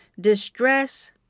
Distress